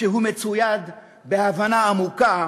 כשהוא מצויד בהבנה עמוקה